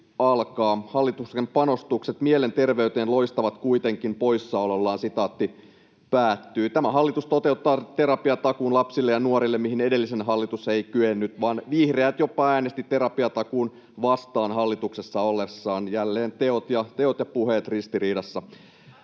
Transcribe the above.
”Hallituksen panostukset mielenterveyteen loistavat kuitenkin poissaolollaan.” Tämä hallitus toteuttaa terapiatakuun lapsille ja nuorille, mihin edellinen hallitus ei kyennyt, ja vihreät jopa äänestivät terapiatakuuta vastaan hallituksessa ollessaan — jälleen teot ja puheet ristiriidassa.